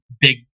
big